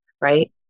right